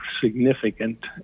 significant